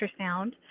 ultrasound